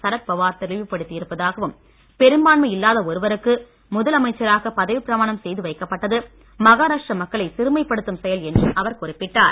சரத் பவார் தெளிவுபடுத்தி இருப்பதாகவும் பெரும்பான்மை இல்லாத ஒருவருக்கு முதலமைச்சராக பதவி பிரமாணம் செய்து வைக்கப்பட்டது மஹாராஷ்டிர மக்களை சிறுமைப் படுத்தும் செயல் என்றும் அவர் குறிப்பிட்டார்